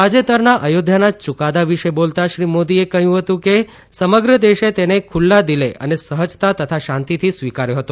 તાજેતરના અયોધ્યાના યૂકાદા વિશે બોલતા શ્રી મોદીએ જણાવ્યું હતું કે સમગ્ર દેશે તેને ખુલ્લા દિલે અને સહજતા તથા શાંતિથી સ્વીકાર્યો હતો